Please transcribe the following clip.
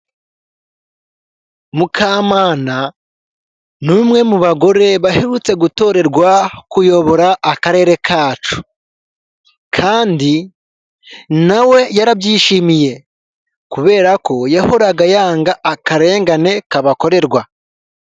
Mukamana n'umwe mu bagore baherutse gutorerwa kuyobora akarere kacu kandi nawe yarabyishimiye kubera ko yahoraga yanga akarengane kabakorerwa.